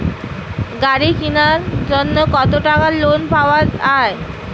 গাড়ি কিনার জন্যে কতো টাকা লোন পাওয়া য়ায়?